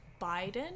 biden